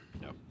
No